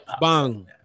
Bang